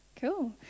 cool